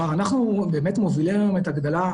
כמו שאמרתי ביום רביעי אחרי ההצבעה על המינוי שלי,